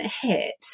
hit